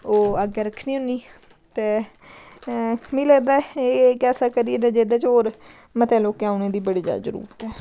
ओह् अग्गें रक्खनी होन्नी ते मिगी लगदा ऐ कि एह् ऐसा करियर ऐ जेह्दे च होर मतें लोकें औने दी बड़ी ज्यादा जरूरत ऐ